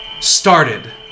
started